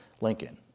Lincoln